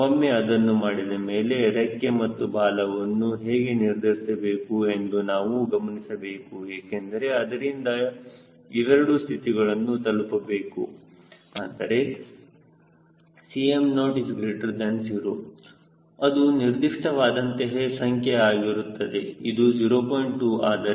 ಒಮ್ಮೆ ಅದನ್ನು ಮಾಡಿದ ಮೇಲೆ ರೆಕ್ಕೆ ಮತ್ತು ಬಾಲವನ್ನು ಹೇಗೆ ನಿರ್ಧರಿಸಬೇಕು ಎಂದು ನಾವು ಗಮನಿಸಬೇಕು ಏಕೆಂದರೆ ಅದರಿಂದ ಇವೆರಡು ಸ್ಥಿತಿಗಳನ್ನು ತಲುಪಬಹುದು ಅಂದರೆ Cm0 0 ಅದು ನಿರ್ದಿಷ್ಟವಾದಂತಹ ಸಂಖ್ಯೆ ಆಗಿರುತ್ತದೆ